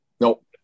Nope